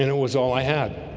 you know was all i had